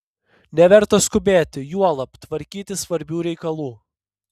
neverta skubėti juolab tvarkyti svarbių reikalų